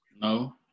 No